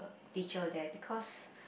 teacher there because